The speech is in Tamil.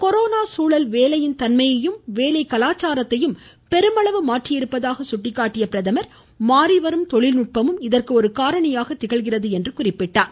கொரோனா சூழல் வேலையின் தன்மையையும் வேலை கலாச்சாரத்தையும் பெருமளவு மாற்றியிருப்பதாக சுட்டிக்காட்டிய அவர் மாறிவரும் தொழில்நுட்பமும் இதற்கு ஒரு காரணியாக திகழ்கிறது என்றார்